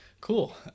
Cool